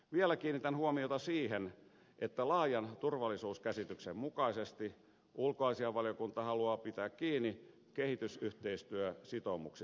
vielä kiinnitän huomiota siihen että laajan turvallisuuskäsityksen mukaisesti ulkoasiainvaliokunta haluaa pitää kiinni kehitysyhteistyösitoumuksistamme